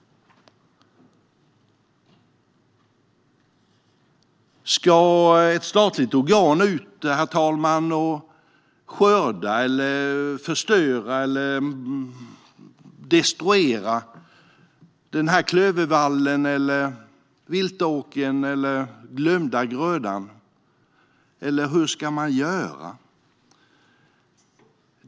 Ska ett statligt organ ge sig ut, herr talman, och skörda eller destruera klövervallen, viltåkern eller den glömda grödan? Eller hur ska man göra?